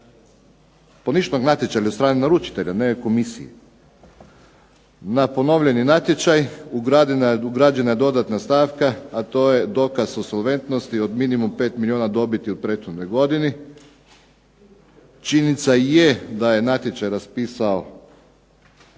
poništen je natječaj od strane naručitelja ne komisije, na ponovljeni natječaj ugrađena je dodatna stavka, a to je dokaz o solventnosti od minimum 5 milijuna dobiti u prethodnoj godini. Činjenica je da je natječaj raspisalo